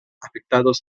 afectados